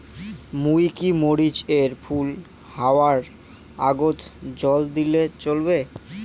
মুই কি মরিচ এর ফুল হাওয়ার আগত জল দিলে চলবে?